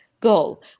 goal